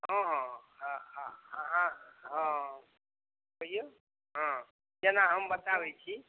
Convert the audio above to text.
हॅं हॅं हँ हँ हॅं कहियौ हँ जेना हम बताबै छी